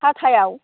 हाथायाव